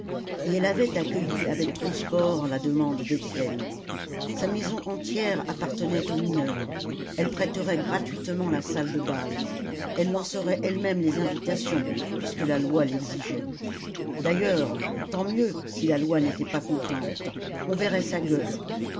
et elle avait accueilli avec transport la demande d'étienne sa maison entière appartenait aux mineurs elle prêterait gratuitement la salle de bal elle lancerait elle-même les invitations puisque la loi l'exigeait d'ailleurs tant mieux si la loi n'était pas contente on verrait sa gueule